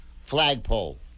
flagpole